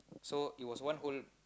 so it was one whole